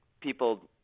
people